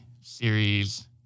series